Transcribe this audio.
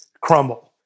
crumble